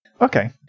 Okay